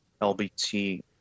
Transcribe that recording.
LBT